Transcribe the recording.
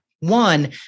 One